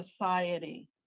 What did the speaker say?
society